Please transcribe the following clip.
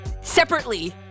separately